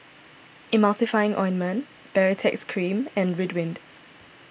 Emulsying Ointment Baritex Cream and Ridwind